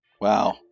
Wow